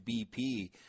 BP